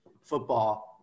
football